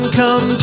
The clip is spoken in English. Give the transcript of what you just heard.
come